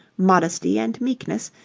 modesty, and meekness,